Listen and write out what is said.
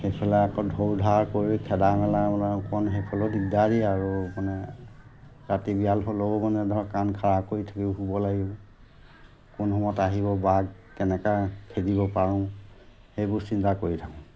সেইফালে আকৌ ধুৰ ধাৰ কৰি খেদা মেলা মানে অকণ সেইফালেও দিগদাৰ দিয়ে আৰু মানে ৰাতি বিয়লি হ'লেও মানে ধৰক কাণ খাৰা কৰি থাকিব শুব লাগিব কোন সময়ত আহিব বাঘ কেনেকৈ খেদিব পাৰোঁ সেইবোৰ চিন্তা কৰি থাকোঁ